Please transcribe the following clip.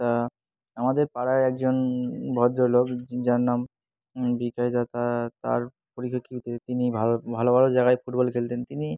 তা আমাদের পাড়ায় একজন ভদ্রলোক যার নাম বিকাশ দাদা তার কী তিনি ভালো ভালো ভালো জায়গায় ফুটবল খেলতেন তিনি